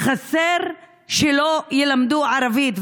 חסר שלא ילמדו ערבית.